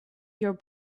your